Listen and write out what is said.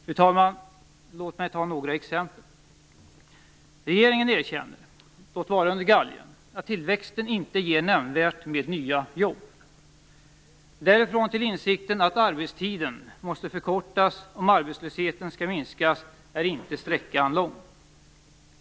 Fru talman! Låt mig ta några exempel. För det första erkänner regeringen, låt vara under galgen, att tillväxten inte ger nämnvärt många nya jobb. Därifrån och fram till insikten om att arbetstiden måste förkortas för att arbetslösheten skall minskas är sträckan inte lång.